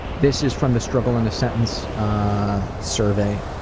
this is from the struggle in a sentence ah survey,